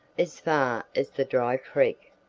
as far as the dry creek.